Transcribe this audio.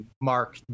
mark